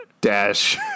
Dash